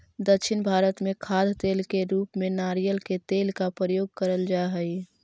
दक्षिण भारत में खाद्य तेल के रूप में नारियल के तेल का प्रयोग करल जा हई